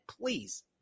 Please